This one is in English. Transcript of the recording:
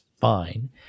fine